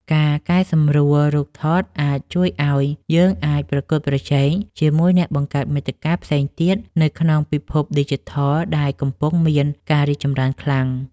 ការកែសម្រួលរូបថតអាចជួយឱ្យយើងអាចប្រកួតប្រជែងជាមួយអ្នកបង្កើតមាតិកាផ្សេងទៀតនៅក្នុងពិភពឌីជីថលដែលកំពុងមានការរីកចម្រើនខ្លាំង។